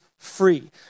free